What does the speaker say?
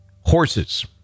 horses